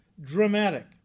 dramatic